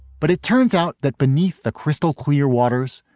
but it turns out that beneath the crystal clear waters,